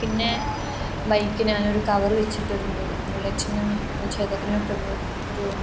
പിന്നെ ബൈക്ക് ഞാനൊരു കവറ് വെച്ചിട്ടൊരു മൂടും ബുള്ളറ്റിനും ചേതക്കിനൊക്കെ ഒരു ഒരു